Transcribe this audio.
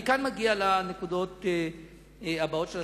אני מגיע לנקודות הבאות.